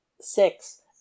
six